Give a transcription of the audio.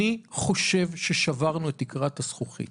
אני חושב ששברנו את תקרת הזכוכית